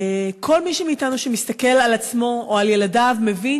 כל מי מאתנו שמסתכל על עצמו או על ילדיו מבין